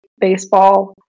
baseball